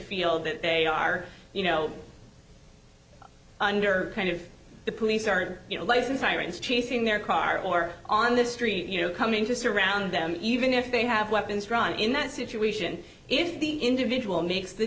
feel that they are you know under kind of the police aren't you know losin sirens chasing their car or on the street you know coming to surround them even if they have weapons drawn in that situation if the individual makes the